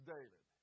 David